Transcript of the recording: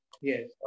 Yes